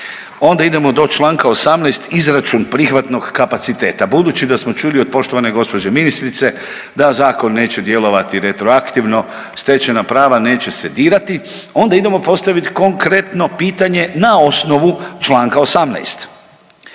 Onda idemo do čl. 18, izračun prihvatnog kapaciteta. Budući da smo čuli od poštovane gđe ministrice da zakon neće djelovati retroaktivno, stečena prava neće se dirati, onda idemo postaviti konkretno pitanje na osnovu čl. 18.